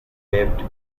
waived